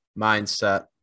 mindset